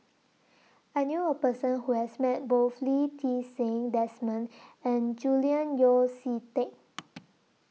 I knew A Person Who has Met Both Lee Ti Seng Desmond and Julian Yeo See Teck